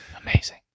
Amazing